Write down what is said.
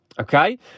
Okay